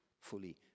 fully